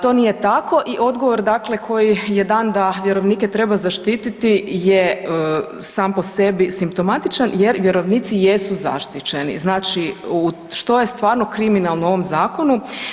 To nije tako i odgovor dakle koji je dan da vjerovnike treba zaštititi je sam po sebi simptomatičan jer vjerovnici jesu zaštićeni, znači što je stvarno kriminalno u ovom zakonu.